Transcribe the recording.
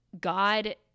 God